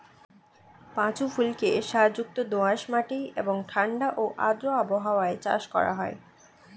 পাঁচু ফুলকে সারযুক্ত দোআঁশ মাটি এবং ঠাণ্ডা ও আর্দ্র আবহাওয়ায় চাষ করা হয়